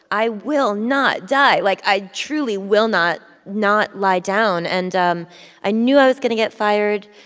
i will not die. like, i truly will not not lie down. and um i knew i was going to get fired.